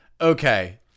Okay